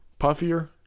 puffier